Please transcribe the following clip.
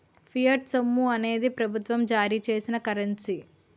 fiat సొమ్ము అనేది ప్రభుత్వం జారీ చేసిన కరెన్సీ